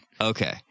Okay